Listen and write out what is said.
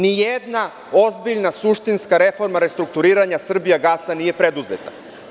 Nijedna ozbiljna suštinska reforma restrukturiranja „Srbijagasa“ nije preduzeta.